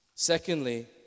Secondly